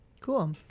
Cool